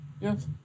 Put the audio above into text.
Yes